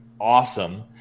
awesome